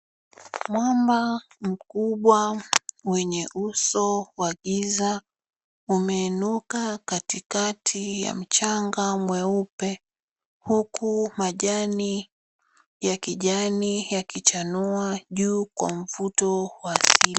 Mwamba mkubwa mwenye uso wa giza umeinuka katikati ya mchanga mweupe, huku majani ya kijani yakichanua juu kwa mfuto wa asili.